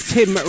Tim